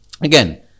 Again